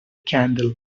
candle